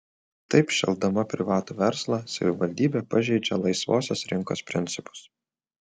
taip šelpdama privatų verslą savivaldybė pažeidžia laisvosios rinkos principus